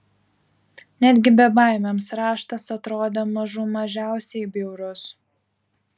netgi bebaimiams raštas atrodė mažų mažiausiai bjaurus